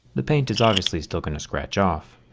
the paint is obviously still going to scratch off.